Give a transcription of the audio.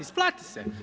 Isplati se.